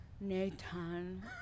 Nathan